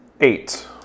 Eight